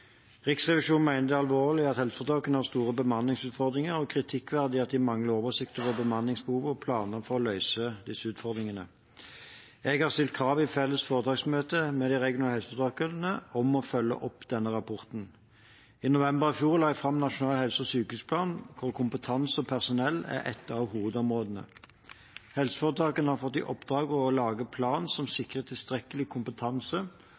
Riksrevisjonen mener det er alvorlig at helseforetakene har store bemanningsutfordringer, og kritikkverdig at de mangler oversikt over bemanningsbehov og planer for å løse disse utfordringene. Jeg har stilt krav i felles foretaksmøte med de regionale helseforetakene om å følge opp denne rapporten. I november i fjor la jeg fram Nasjonal helse- og sykehusplan, hvor kompetanse og personell er et av hovedområdene. Helseforetakene har fått i oppdrag å lage en plan som sikrer tilstrekkelig kompetanse